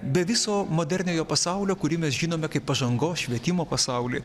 be viso moderniojo pasaulio kurį mes žinome kaip pažangos švietimo pasaulį